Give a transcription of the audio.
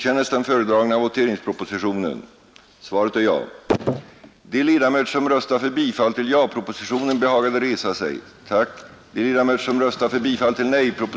Ärade kammarledamöter!